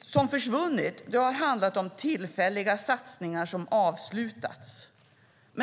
som försvunnit har det handlat om tillfälliga satsningar som avslutats, sade han.